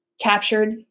captured